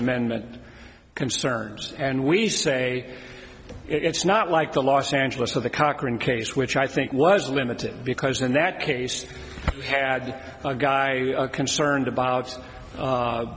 amendment concerns and we say it's not like the los angeles of the cochran case which i think was limited because in that case had a guy concerned about